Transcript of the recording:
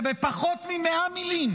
שבפחות מ-100 מילים